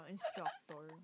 Instructor